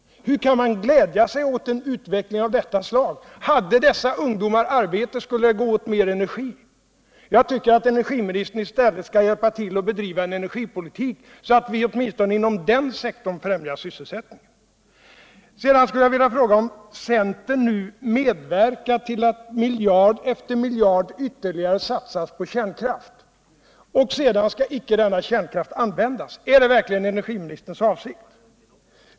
Hur kan man glädja sig åt en utveckling av detta slag? Hade dessa ungdomar arbete, skulle det gå åt mer energi. Jag tycker att energiministern i stället skall hjälpa till att driva en energipoliuik så att vi åtminstone inom den sektorn främjar sysselsättningen. Sedan skulle jag vilja fråga: Medverkar centern nu till att ytterligare miljard efter miljard satsas på kärnkraft, som sedan inte skall användas? Är det verkligen energiministerns avsikt?